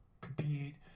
compete